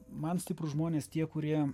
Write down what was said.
man stiprūs žmonės tie kurie